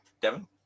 Devon